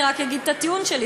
אני רק אגיד את הטיעון שלי.